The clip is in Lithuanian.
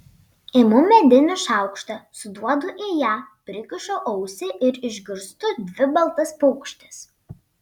imu medinį šaukštą suduodu į ją prikišu ausį ir išgirstu dvi baltas paukštes